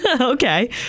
Okay